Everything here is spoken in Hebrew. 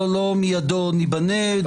לא מידיו ניבנה.